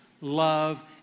love